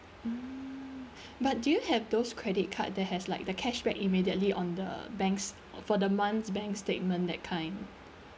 mm but do you have those credit card that has like the cashback immediately on the banks or for the month's bank statement that kind